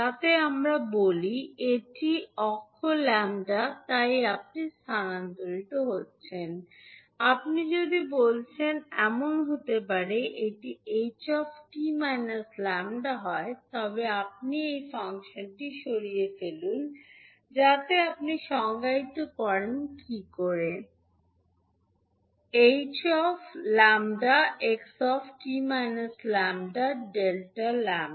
যাতে আমরা বলি এটি অক্ষ ল্যাম্বদা তাই আপনি স্থানান্তরিত হচ্ছেন আপনি যদি বলছেন এমন হতে পারে এটি ℎ 𝑡 𝜆 হয় তবে আপনি এই ফাংশনটি সরিয়ে ফেলুন যাতে আপনি সংজ্ঞায়িত করেন কী করে ∞−∞ ℎ𝜆 𝑥 𝑡 𝜆 𝑑𝜆